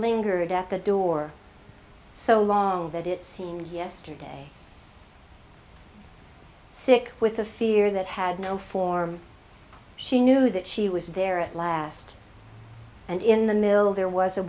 lingered at the door so long that it seemed yesterday sick with a fear that had no form she knew that she was there at last and in the mill there was a